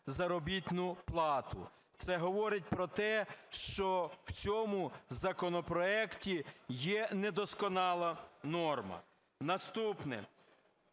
заробітну плату. Це говорить про те, що в цьому законопроекті є недосконала норма. Наступне.